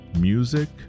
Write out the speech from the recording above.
Music